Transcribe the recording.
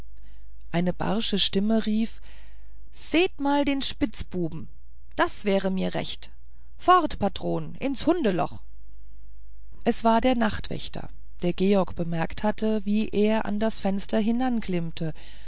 eine barsche stimme rief seht mal den spitzbuben das wäre mir recht fort patron ins hundeloch es war der nachtwächter der georgen bemerkt hatte wie er an das fenster